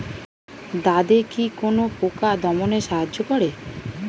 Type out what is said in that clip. দাদেকি কোন পোকা দমনে সাহায্য করে?